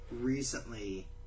recently